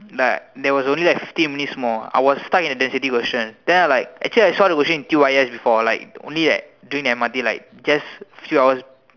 like there was only fifteen minute minute I was stuck at the density question the I was like actually I saw the question in T_Y_S before only like during the M_R_T just like few hours